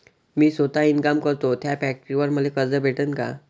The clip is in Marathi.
मी सौता इनकाम करतो थ्या फॅक्टरीवर मले कर्ज भेटन का?